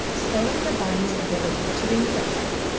slowing the body's ability to renew itself.